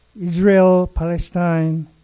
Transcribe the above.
Israel-Palestine